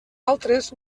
altres